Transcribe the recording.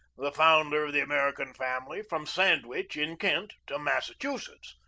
the founder of the american family, from sandwich, in kent, to massachusetts,